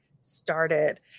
started